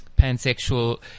pansexual